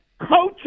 coaching